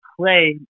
play